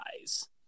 eyes